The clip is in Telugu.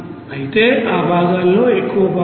అయితే ఆ భాగాలలో ఎక్కువ భాగం ఇక్కడ 0